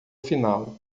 final